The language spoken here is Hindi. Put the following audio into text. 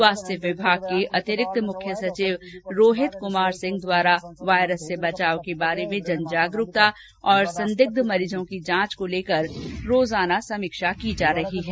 स्वास्थ्य विभाग को अतिरिक्त मुख्य सचिव रोहित कुमार सिंह द्वारा वाइरस से बचाव के बारे में जन जागरूकता तथा संदिग्ध मरीजों की जांच को लेकर रोजाना समीक्षा की जा रही है